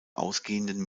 ausgehenden